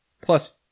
plus